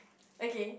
okay